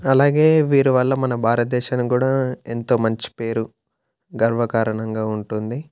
అలాగే వీరి వల్ల మన భారతదేశానికి కూడా ఎంతో మంచి పేరు గర్వకారణంగా ఉంటుంది